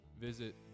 visit